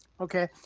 Okay